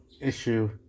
issue